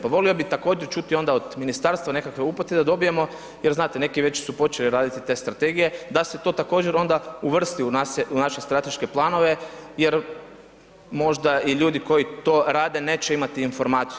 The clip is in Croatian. Pa volio bih također čuti od ministarstva nekakve upute da dobijemo, jer znate neki već su počeli raditi te strategije da se to također onda uvrsti u naše strateške planove jer možda i ljudi koji to rade neće imati informaciju.